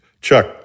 Chuck